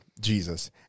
Jesus